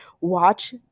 watch